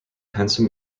henson